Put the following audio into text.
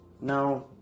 now